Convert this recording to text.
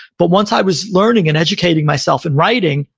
but once i was learning and educating myself in writing,